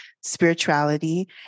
spirituality